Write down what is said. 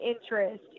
interest